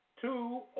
Two